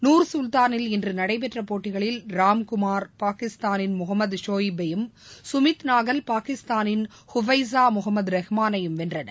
நூர் சுல்தானில் இன்று நடைபெற்ற போட்டிகளில் ராம்குமார் பாகிஸ்தானின் முகமத் சோயிப் பையும் ப சுமித் நாகல் பாகிஸ்தானின் ஹூஃபைசா முகமத் ரஹ்மானையும் வென்றனர்